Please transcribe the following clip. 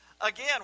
Again